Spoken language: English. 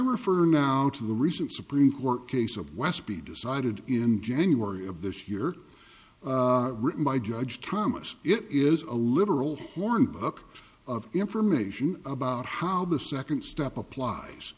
refer now to the recent supreme court case of west be decided in january of this year written by judge thomas it is a liberal hornbook of information about how the second step applies